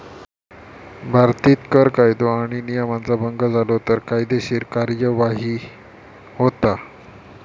भारतीत कर कायदो आणि नियमांचा भंग झालो तर कायदेशीर कार्यवाही होता